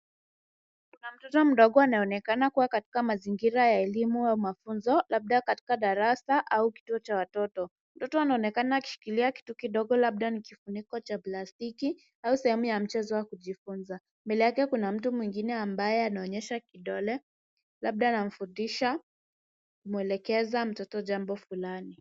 Mtoto mdogo anaonekana kuwa katika mazingira ya elimu au mafunzo labda katika darasa au kituo cha watoto. Mtoto anaonekana akishikilia kitu kidogo labda nikifunikwa cha plastiki au sehemu ya mchezo wa kujifunza, mbele yake kuna mtu mwingine ambaye anaonyesha kidole labda anamfundisha mwelekeza mtoto jambo fulani.